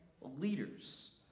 leaders